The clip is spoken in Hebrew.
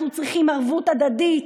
אנחנו צריכים ערבות הדדית.